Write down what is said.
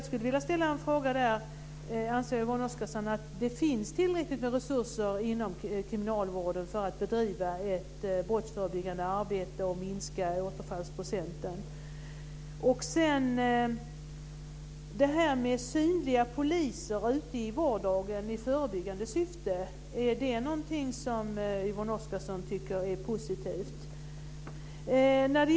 Jag skulle vilja ställa en fråga. Anser Yvonne Oscarsson att det finns tillräckligt med resurser inom kriminalvården för att bedriva ett brottsförebyggande arbete och minska återfallsprocenten? Är synliga poliser ute i vardagen i förebyggande syfte någonting som Yvonne Oscarsson tycker är positivt?